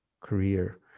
career